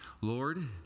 Lord